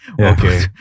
Okay